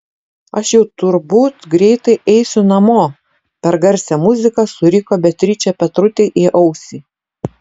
aš jau turbūt greitai eisiu namo per garsią muziką suriko beatričė petrutei į ausį